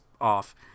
off